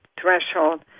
threshold